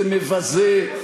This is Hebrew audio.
זה מבזה,